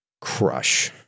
crush